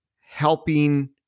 helping